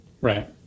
Right